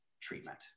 treatment